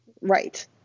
Right